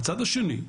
בצד השני,